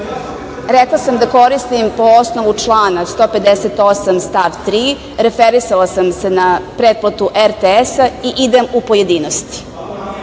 Rekla sam da koristim po osnovu člana 158. stav 3, referisala sam se na pretplatu RTS-a i idem u pojedinosti.